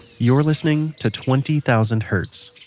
you're listening to twenty thousand hertz.